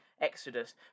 Exodus